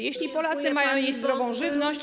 Jeśli Polacy mają jeść zdrową żywność.